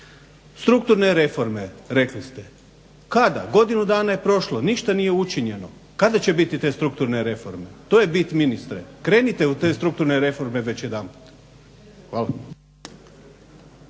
Strukturne reforme rekli ste. Kada? Godinu dana je prošlo, ništa nije učinjeno. Kada će biti te strukturne reforme? To je bit ministre. Krenite u te strukturne reforme već jedan puta.